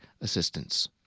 assistance